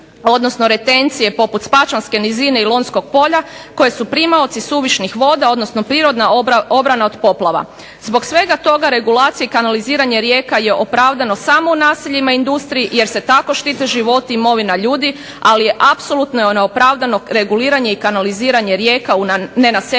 odnosno retencije poput spačvanske nizine i Lonjskog polja koje su primaoci suvišnih voda, odnosno prirodna obrana od poplava. Zbog svega toga regulacija i kanaliziranje rijeka je opravdano samo u naseljima i industriji jer se tako štite životi i imovina ljudi, ali je apsolutno neopravdano reguliranje i kanaliziranje rijeka u nenaseljenim